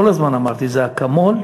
כל הזמן אמרתי: זה אקמול,